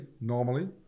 normally